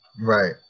right